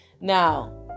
Now